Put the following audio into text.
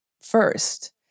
first